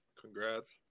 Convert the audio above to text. Congrats